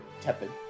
tepid